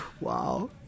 wow